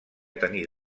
tenir